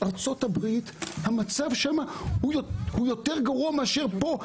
ארצות הברית, המצב שם הוא יותר גרוע מאשר פה.